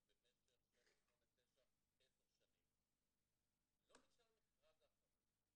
במשך 10 שנים לא ניגשה למכרז האחרון.